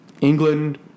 England